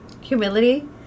humility